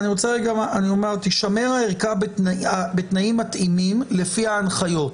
תישמר הערכה בתנאים מתאימים לפי ההנחיות.